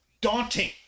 daunting